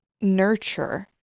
nurture